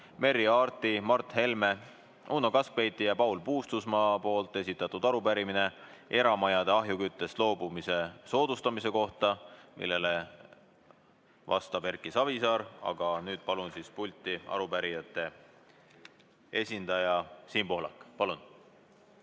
Merry Aarti, Mart Helme, Uno Kaskpeiti ja Paul Puustusmaa esitatud arupärimine eramajade ahjuküttest loobumise soodustamise kohta, millele vastab Erki Savisaar. Nüüd palun pulti arupärijate esindaja Siim Pohlaku.